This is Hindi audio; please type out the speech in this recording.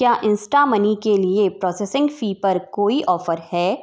क्या इंस्टा मनी के लिए प्रोसेसिंग फ़ी पर कोई ऑफर है